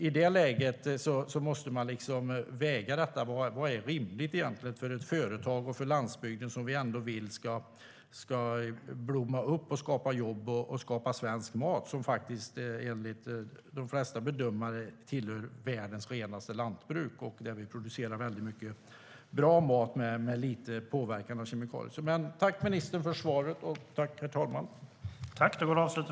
I det läget måste man väga detta och bedöma vad som egentligen är rimligt för ett företag och för landsbygden, som vi ändå vill ska blomma upp och skapa jobb och skapa svensk mat. Enligt de flesta bedömare tillhör Sveriges lantbruk världens renaste. Vi producerar väldigt mycket bra mat med liten påverkan av kemikalier. Jag tackar ministern för svaret.